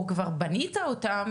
או כבר בנית אותם,